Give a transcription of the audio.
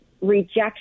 rejection